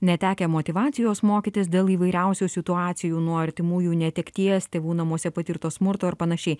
netekę motyvacijos mokytis dėl įvairiausių situacijų nuo artimųjų netekties tėvų namuose patirto smurto ar panašiai